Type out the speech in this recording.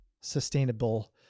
sustainable